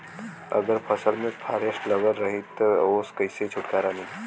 अगर फसल में फारेस्ट लगल रही त ओस कइसे छूटकारा मिली?